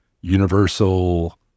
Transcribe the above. Universal